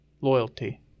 Loyalty